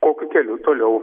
kokiu keliu toliau